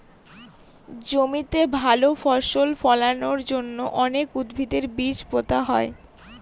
জমিতে ভালো ফসল ফলানোর জন্য অনেক উদ্ভিদের বীজ পোতা হয়